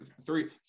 three